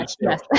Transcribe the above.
Yes